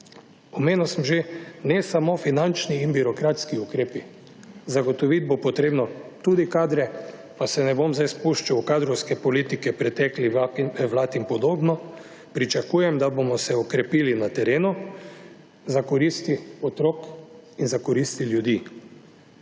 Omenil sem že, ne samo finančni in birokratski ukrepi. Zagotoviti bo potrebno tudi kadre, pa se ne bom zdaj spuščal v kadrovske politike preteklih vlad in podobno, pričakujem, da se bomo okrepili na terenu, za koristi otrok in za koristi ljudi.